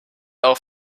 auch